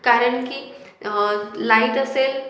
कारण की लाइट असेल